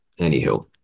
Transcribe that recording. Anywho